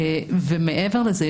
ומעבר לזה,